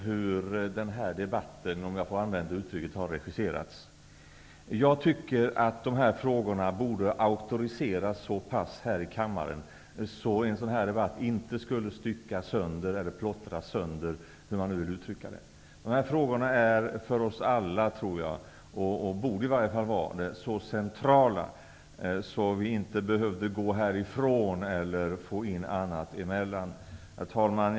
Herr talman! Jag tar mig friheten att först uttrycka besvikelse över hur den här debatten har regisserats, om jag får använda det uttrycket. Jag tycker att de här frågorna borde auktoriseras så pass här i kammaren att denna debatt inte skulle styckas sönder. Dessa frågor är för oss alla, tror jag, eller borde i varje fall vara det, så centrala att vi inte skulle ha behövt få in annat emellan och måst gå härifrån. Herr talman!